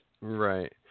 Right